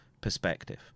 perspective